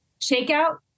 shakeout